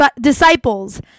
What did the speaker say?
disciples